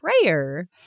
prayer